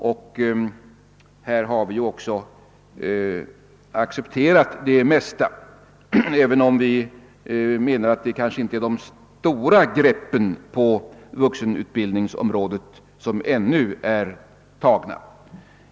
Vi har också accepterat det mesta, även om vi anser att det kanske ännu inte är de stora greppen på vuxenutbildningens område som är tagna.